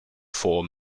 four